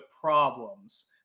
problems